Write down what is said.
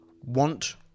want